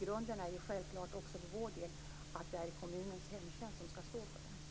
Grunden är självklart också för vår del att det är kommunens hemtjänst som skall stå för det.